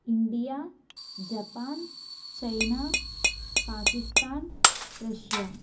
India Japan China Pakistan Russia